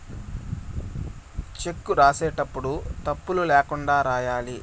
check రాసేటప్పుడు తప్పులు ల్యాకుండా రాయాలి